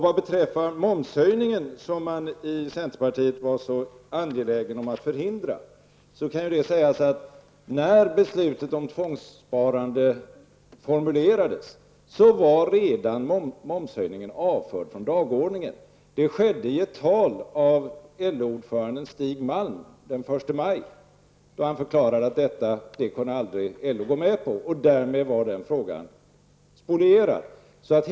Vad beträffar momshöjningen, som man i centerpartiet var så angelägen om att förhindra, kan sägas att den redan var avförd från dagordningen när beslutet om tvångssparandet formulerades. Det skedde i ett tal som hölls av LO-ordföranden Stig Malm den 1 maj, då han förklarade att LO aldrig kunde gå med på en momshöjning. Därmed var den frågan således inte längre aktuell.